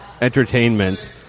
entertainment